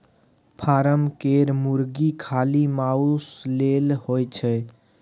form केर मुरगी खाली माउस लेल होए छै